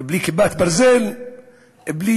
בלי